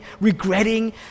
regretting